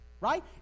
right